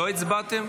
לא הצבעתם?